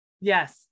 Yes